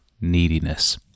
neediness